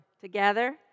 Together